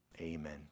Amen